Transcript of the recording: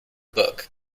book